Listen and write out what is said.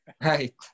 Right